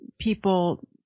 people